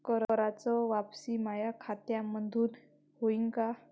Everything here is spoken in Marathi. कराच वापसी माया खात्यामंधून होईन का?